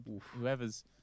whoever's